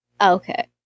Okay